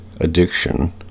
addiction